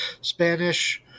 Spanish